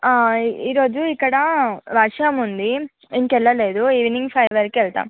ఈరోజు ఇక్కడ వర్షం ఉంది ఇంకెళ్ళలేదు ఈవినింగ్ ఫైవ్ వరకు వెళ్తాం